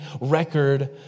record